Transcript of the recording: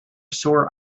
sore